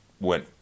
went